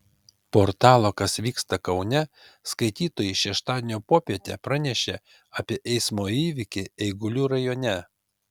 portalo kas vyksta kaune skaitytojai šeštadienio popietę pranešė apie eismo įvykį eigulių rajone